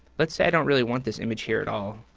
let's say i don't really want this image here at all,